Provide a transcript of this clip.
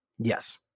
Yes